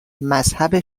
مذهب